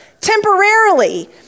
temporarily